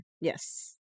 Yes